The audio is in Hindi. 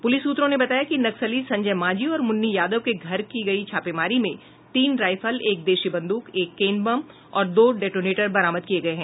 पुलिस सूत्रों ने बताया कि नक्सली संजय मांझी और मुन्नी यादव के घर की गयी छापेमारी में तीन रायफल एक देशी बंदूक एक केन बम और दो डेटोनेटर बरामद किये गये हैं